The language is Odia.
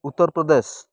ଉତ୍ତରପ୍ରଦେଶ